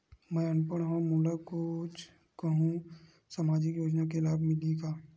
मैं अनपढ़ हाव मोला कुछ कहूं सामाजिक योजना के लाभ मिलही का?